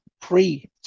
pre